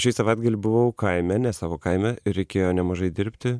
šį savaitgalį buvau kaime ne savo kaime ir reikėjo nemažai dirbti